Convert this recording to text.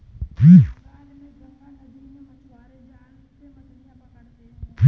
बंगाल में गंगा नदी में मछुआरे जाल से मछलियां पकड़ते हैं